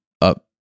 up